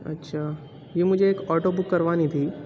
اچھا جی مجھے ایک آٹو بک کروانی تھی